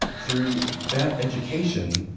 through that education,